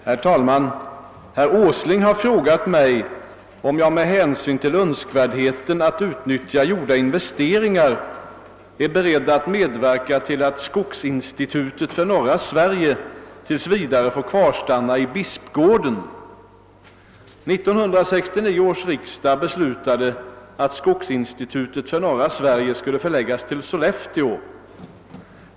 Herr talman! Herr Åsling har frågat mig om jag med hänsyn till önskvärdheten att utnyttja gjorda investeringar är beredd att medverka till att skogsinstitutet för norra Sverige tills vidare får kvarstanna i Bispgården. 1969 års riksdag beslutade att skogsinstitutet för norra Sverige skulle förläggas till Sollefteå.